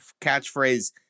catchphrase